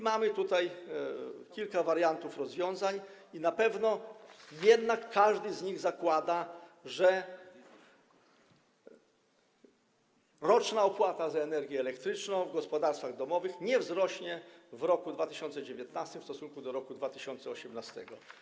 Mamy tutaj kilka wariantów rozwiązań, jednak każdy z nich zakłada, że na pewno roczna opłata za energię elektryczną w gospodarstwach domowych nie wzrośnie w roku 2019 w stosunku do roku 2018.